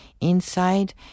inside